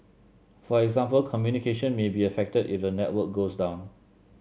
for example communication may be affected if the network goes down